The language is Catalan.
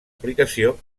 aplicació